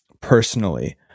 personally